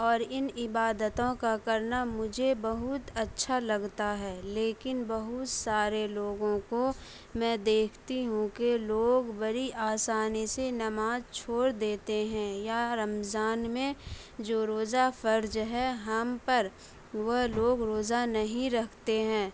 اور ان عبادتوں کا کرنا مجھے بہت اچھا لگتا ہے لیکن بہت سارے لوگوں کو میں دیکھتی ہوں کہ لوگ بڑی آسانی سے نماز چھوڑ دیتے ہیں یا رمضان میں جو روزہ فرض ہے ہم پر وہ لوگ روزہ نہیں رکھتے ہیں